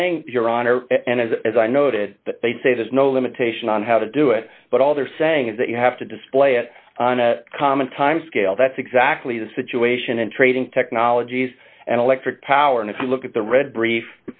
saying your honor and as i noted they say there's no limitation on how to do it but all they're saying is that you have to display it on a common timescale that's exactly the situation and trading technologies and electric power and if you look at the read brief